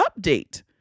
update